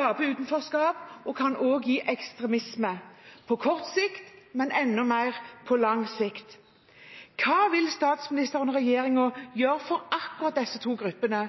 og kan også gi ekstremisme på kort sikt, men enda mer på lang sikt. Hva vil statsministeren og regjeringen gjøre for akkurat disse to gruppene